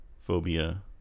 phobia